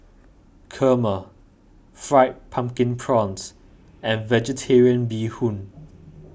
Kurma Fried Pumpkin Prawns and Vegetarian Bee Hoon